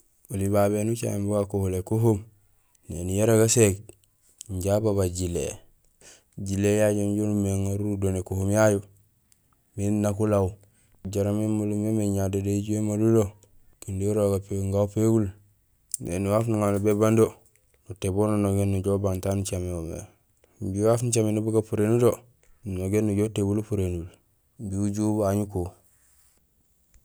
Oli babé éni ucaméén bugakuhul ékuhum, néni yara gaséég, inja ababaaj jilé. Jilé jaju jo numimé éŋaar urudo nékuhum yayu miin nak ulaaw jaraam émalum yaamé ñadédee éju émalu do, kinding uraaw gapégum gagu upégul, néni waaf nuŋanlo bébang do, nutééb wo nunogéén ujoow ujobang taan ucaméén mé. Imbi waaf nucaméné bu gapurénul do, nunogéén nujoow utébul nupurénul imbi uju ubaañ uku